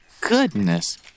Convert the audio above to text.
goodness